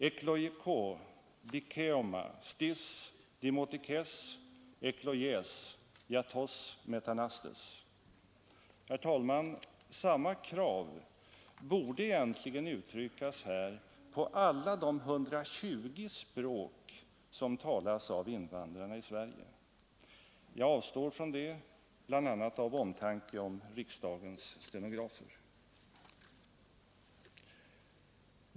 Eklojiko dikäåma stis dimotikes eklojäs ja tos metanastes. Herr talman! Samma krav borde egentligen uttryckas här på alla de 120 språk som talas av invandrarna i Sverige. Jag avstår dock från det — bl.a. av omtanke om riksdagens stenografer.